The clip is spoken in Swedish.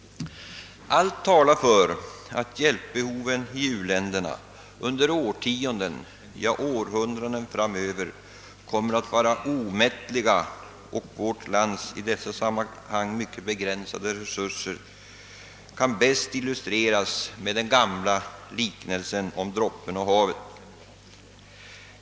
Allt talar för att hjälpbehoven i u-länderna under årtionden, ja århundraden framöver kommer att vara omätliga. Vårt lands i detta sammanhang mycket begränsade resurser kan bäst illustreras med den gamla liknelsen om droppen och havet.